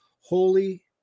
holy